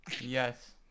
Yes